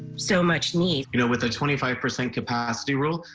so much need. you know with a twenty five percent capacity rule,